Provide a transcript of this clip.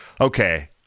okay